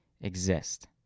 exist